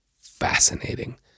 Fascinating